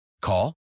Call